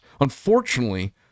Unfortunately